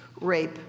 rape